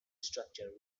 structure